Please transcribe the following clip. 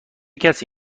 کسی